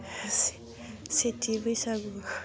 से सेथि बैसागु